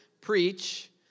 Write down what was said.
preach